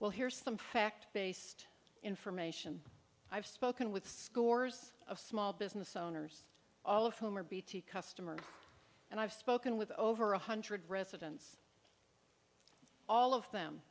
well here's some fact based information i've spoken with scores of small business owners all of whom are bt customers and i've spoken with over one hundred residents all of them